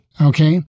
okay